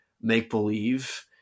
make-believe